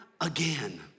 again